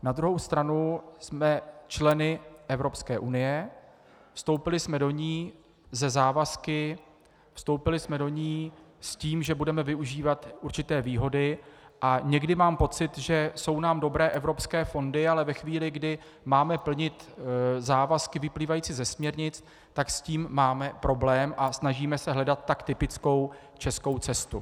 Na druhou stranu jsme členy Evropské unie, vstoupili jsme do ní se závazky, vstoupili jsme do ní s tím, že budeme využívat určité výhody, a někdy mám pocit, že jsou nám dobré evropské fondy, ale ve chvíli, kdy máme plnit závazky vyplývající ze směrnic, tak s tím máme problém a snažíme se hledat tak typickou českou cestu.